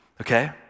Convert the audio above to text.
okay